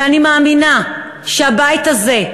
ואני מאמינה שהבית הזה,